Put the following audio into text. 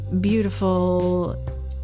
beautiful